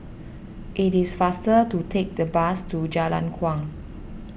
it is faster to take the bus to Jalan Kuang